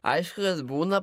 aišku kad būna